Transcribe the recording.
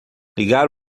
ligar